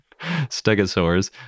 stegosaurs